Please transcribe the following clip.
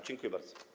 Dziękuję bardzo.